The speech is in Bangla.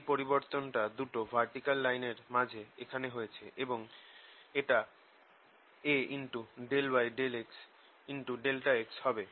এই পরিবর্তনটা দুটো ভার্টিকাল লাইনের মাঝে এখানে হয়েছে এবং এটা A∂y∂x∆x হবে